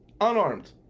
Unarmed